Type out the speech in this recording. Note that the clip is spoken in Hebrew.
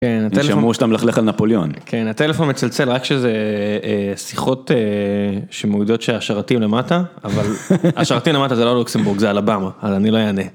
נשאמרו שאתה מלכלך על נפוליון, כן הטלפון מצלצל רק שזה שיחות שמודיעות שהשרתים למטה אבל השרתים למטה זה לא לוקסינגבורג זה אל אלבאמה אז אני לא אענה.